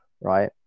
right